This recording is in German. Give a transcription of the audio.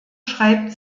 schreibt